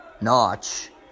Notch